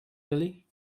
billy